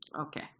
okay